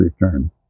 return